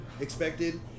expected